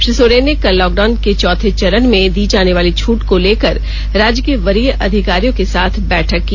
श्री सोरेन ने कल लॉकडाउन के चौथे चरण में दी जाने वाली छट को लेकर राज्य के वरीय अधिकारियों के साथ बैठक की